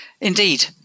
Indeed